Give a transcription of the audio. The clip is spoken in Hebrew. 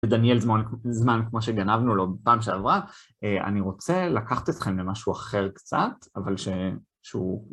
ודניאל, בזמן כמו שגנבנו לו בפעם שעברה, אני רוצה לקחת אתכם למשהו אחר קצת, אבל שהוא...